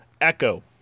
Echo